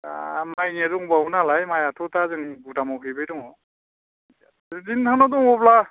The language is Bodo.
दा मायनिया दंबावो नालाय मायाथ' दा जों गुदामाव हैबाय दङ जुदि नोंथांनाव दङब्ला